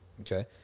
okay